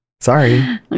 Sorry